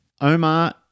Omar